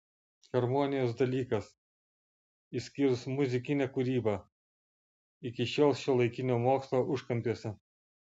harmonijos dalykas išskyrus muzikinę kūrybą iki šiol šiuolaikinio mokslo užkampiuose